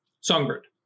songbird